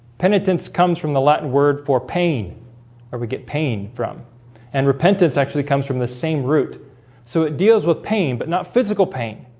penitence comes from the latin word for pain or we get pain from and repentance actually comes from the same root so it deals with pain but not physical pain,